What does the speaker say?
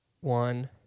one